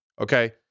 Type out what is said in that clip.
okay